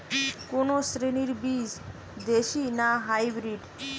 কোন শ্রেণীর বীজ দেশী না হাইব্রিড?